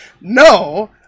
no